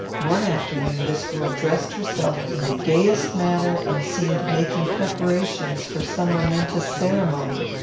one afternoon this girl dressed herself in the gayest manner and seemed making preparations for some momentous ceremony.